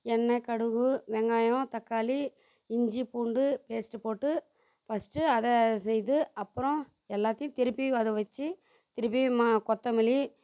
எண்ணெய் கடுவு வெங்காயம் தக்காளி இஞ்சி பூண்டு பேஸ்ட்டு போட்டு ஃபர்ஸ்ட்டு அதை செய்து அப்புறம் எல்லாத்தையும் திருப்பி அதை வச்சு திருப்பியும் ம கொத்தமல்லி